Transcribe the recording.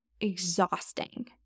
exhausting